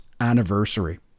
anniversary